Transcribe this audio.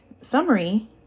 summary